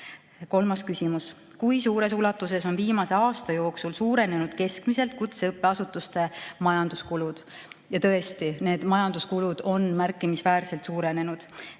Kolmas küsimus: "Kui suures ulatuses on viimase aasta jooksul suurenenud keskmiselt kutseõppeasutuste majanduskulud?" Tõesti, need majanduskulud on märkimisväärselt suurenenud.